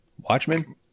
Watchmen